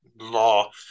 law